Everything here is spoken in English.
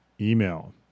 email